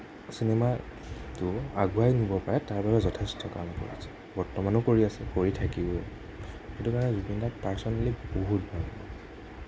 চিনেমাটো আগুৱাই নিব পাৰে তাৰবাবে যথেষ্ট কাম কৰিছে বৰ্তমানো কৰি আছে কৰি থাকিবও সেইটো কাৰণে জুবিনদাক পাৰ্চনেলি বহুত ভাল পাওঁ